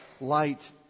light